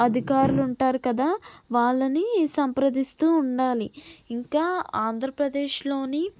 అధికారులు ఉంటారు కదా వాళ్ళని సంప్రదిస్తూ ఉండాలి ఇంకా ఆంధ్రప్రదేశ్లోని